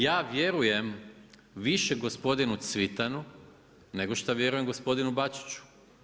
Ja vjerujem više gospodinu Cvitanu, nego što vjerujem gospodinu Bačiću.